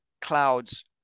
Clouds